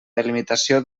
delimitació